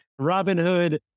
Robinhood